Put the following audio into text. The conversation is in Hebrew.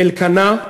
באלקנה,